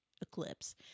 eclipse